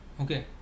Okay